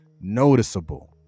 noticeable